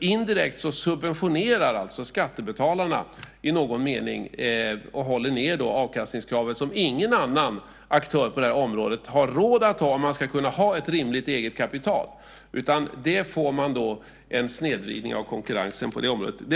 Indirekt subventionerar alltså skattebetalarna i någon mening detta och håller ned det avkastningskrav som ingen annan aktör på detta område har råd att ha om man ska kunna ha ett rimligt eget kapital. Man får en snedvridning av konkurrensen på detta område.